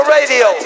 Radio